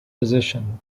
position